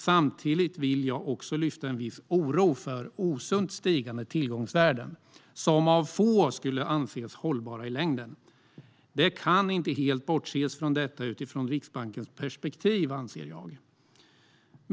Samtidigt vill jag lyfta fram en viss oro för osunt stigande tillgångsvärden, som av få skulle anses hållbara i längden. Det kan inte helt bortses ifrån detta utifrån Riksbankens perspektiv, anser jag.